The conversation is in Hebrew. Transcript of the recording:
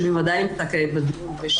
שבוודאי נמצא כעת בדיון,